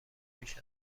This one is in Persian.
بیش